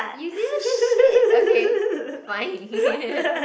you little shit okay fine